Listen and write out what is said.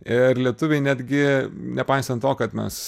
ir lietuviai netgi nepaisant to kad mes